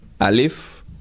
alif